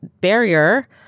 Barrier